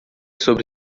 sobre